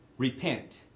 Repent